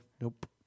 Nope